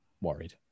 worried